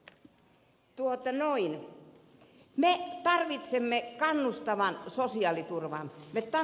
me tarvitsemme kannustavan sosiaaliturvan